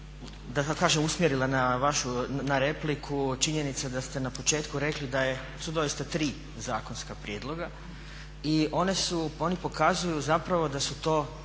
tako kažem, usmjerila na vašu, na repliku činjenica da ste na početku rekli da su doista 3 zakonska prijedloga. I oni pokazuju zapravo da su to